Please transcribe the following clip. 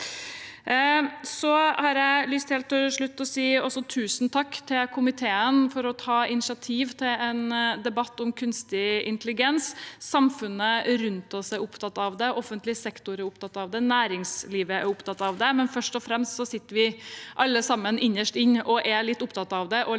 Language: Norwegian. tusen takk til komiteen for initiativet til en debatt om kunstig intelligens. Samfunnet rundt oss er opptatt av det, offentlig sektor er opptatt av det, næringslivet er opptatt av det, men først og fremst sitter vi alle sammen, innerst inne, og er litt opptatt av det